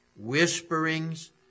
Whisperings